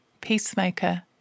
peacemaker